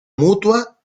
mutua